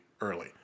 early